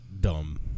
dumb